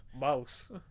Mouse